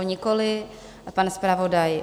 Nikoliv, a pan zpravodaj?